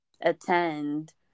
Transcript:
attend